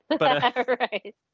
Right